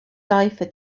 cipher